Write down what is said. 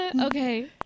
Okay